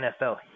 NFL